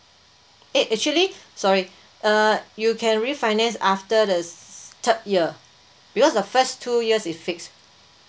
eh actually sorry uh you can refinance after the third year because the first two years is fixed